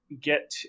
Get